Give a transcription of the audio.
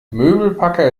möbelpacker